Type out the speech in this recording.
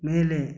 ಮೇಲೆ